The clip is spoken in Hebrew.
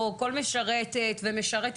או כל משרתת ומשרת,